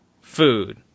food